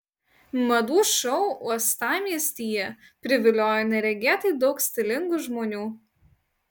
madų šou uostamiestyje priviliojo neregėtai daug stilingų žmonių